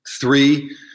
three